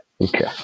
Okay